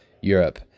Europe